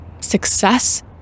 success